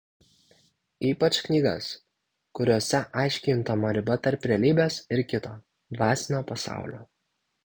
ypač knygas kuriose aiškiai juntama riba tarp realybės ir kito dvasinio pasaulio